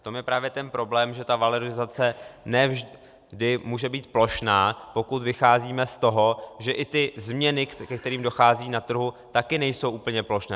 V tom je právě ten problém, že ta valorizace ne vždy může být plošná, pokud vycházíme z toho, že i ty změny, ke kterým dochází na trhu, také nejsou úplně plošné.